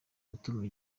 gutuma